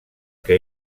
que